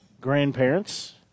grandparents